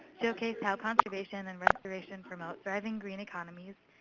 showcase how conservation and restoration promote thriving green economies,